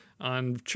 on